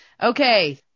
Okay